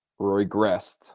regressed